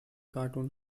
cartoon